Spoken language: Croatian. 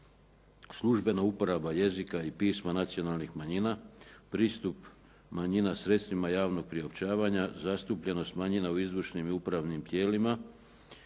Službena uporaba jezika i pisma nacionalnih manjina, pristup sredstvima javnog priopćavanja, zastupljenost manjina u izvršnim i upravnim tijelima,